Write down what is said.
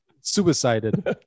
Suicided